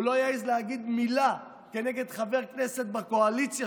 הוא לא יעז להגיד מילה כנגד חבר כנסת בקואליציה